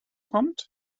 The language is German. kommt